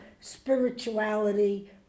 spirituality